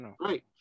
Right